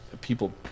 people